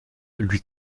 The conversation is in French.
lui